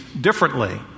differently